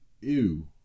ew